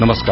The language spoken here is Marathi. नमस्कार